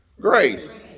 Grace